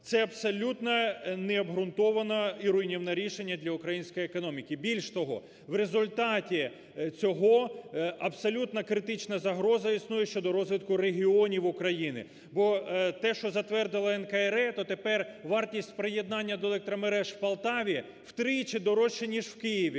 Це абсолютно необґрунтоване і руйнівне рішення для української економіки. Більш того, в результаті цього абсолютно критична загроза існує щодо розвитку регіонів України. Бо те, що затвердило НКРЕ, то тепер вартість приєднання до електромереж в Полтаві втричі дорожче, ніж в Києві,